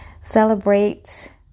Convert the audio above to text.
Celebrate